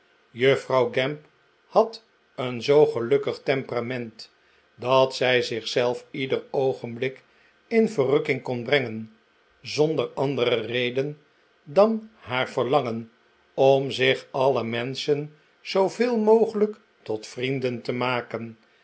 juffrouw gamp had een zoo gelukkig temperament dat zij zich zelf ieder oogenblik in verrukking kon brengen zonder andere reden dan haar verlangen om zich alle menschen zooveel mogelijk tot vrienden te maken